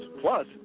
Plus